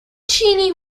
cheney